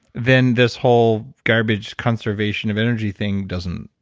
then this whole garbage conservation of energy thing doesn't,